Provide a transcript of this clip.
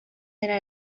dena